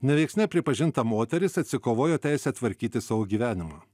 neveiksnia pripažinta moteris atsikovojo teisę tvarkyti savo gyvenimą